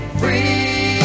free